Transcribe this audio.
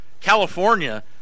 california